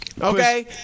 Okay